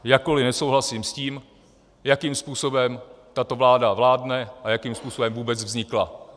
Jakkoliv nesouhlasím s tím, jakým způsobem tato vláda vládne a jakým způsobem vůbec vznikla.